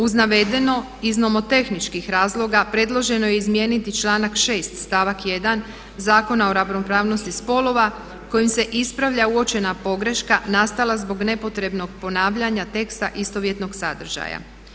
Uz navedeno iz nomotehničkih razloga predloženo je izmijeniti članak 6. stavak 1. Zakona o ravnopravnosti spolova kojim se ispravlja uočena pogreška nastala zbog nepotrebnog ponavljanja teksta istovjetnog sadržaja.